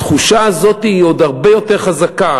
התחושה הזאת היא עוד הרבה יותר חזקה.